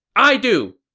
i do!